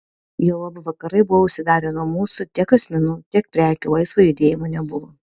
juolab vakarai buvo užsidarę nuo mūsų tiek asmenų tiek prekių laisvo judėjimo nebuvo